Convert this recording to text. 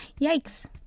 yikes